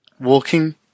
walking